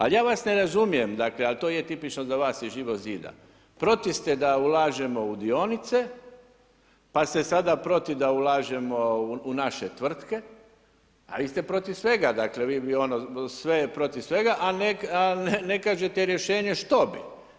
Ali ja vas ne razumije, ali to je tipično da vas iz Živog zida, protiv ste da ulažemo u dionice, pa ste sada protiv da ulažemo u naše tvrtke, ali vi ste protiv svega vi bi ono sve protiv svega, a ne kažete rješenje što bi.